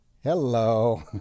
Hello